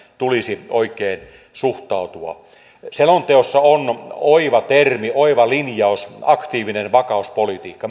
tulisi oikein suhtautua selonteossa on oiva termi oiva linjaus aktiivinen vakauspolitiikka